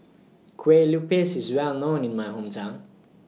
Kueh Lupis IS Well known in My Hometown